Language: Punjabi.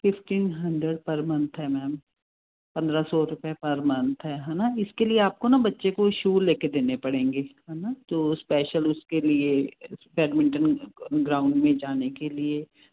ਫਿਫਟੀਨ ਹੰਡਰਡ ਪਰ ਮੰਨਥ ਐ ਮੈਮ ਪੰਦਰਾ ਸੋ ਰੁਪਏ ਪਰ ਮੰਨਥ ਐ ਹਨਾ ਇਸਕੇ ਲੀਏ ਆਪਕੋ ਨਾ ਬੱਚੇ ਕੋ ਸ਼ੂ ਲੈ ਕੇ ਦੇਨੇ ਪੜੇਗੇ ਹਨਾ ਤੋ ਸਪੈਸ਼ਲ ਉਸਕੇ ਲੀਏ ਬੈਡਮਿੰਟਨ ਗਰਾਊਂਡ ਮੇ ਜਾਨੇ ਕੇ ਲੀਏ